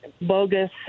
bogus